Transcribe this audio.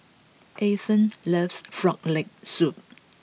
Eithel loves Grog Leg Soup